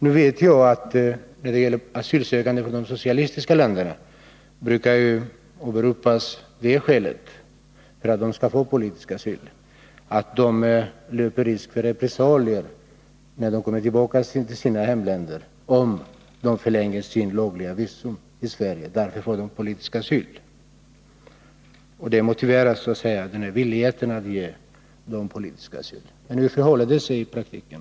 Nu vet jag emellertid att man när det gäller asylsökande från de socialistiska länderna som skäl för att dessa skall få politisk asyl brukar åberopa att de löper risken att bli utsatta för repressalier när de kommer tillbaka till sina hemländer, om de förlänger sitt lovliga visum i Sverige. Det | motiverar så att säga villigheten att ge dem politisk asyl. 89 att förhindra icke seriösa fastighetsförvärv Men hur förhåller det sig i praktiken?